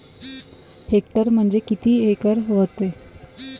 Hectare म्हणजे किती acre व्हते?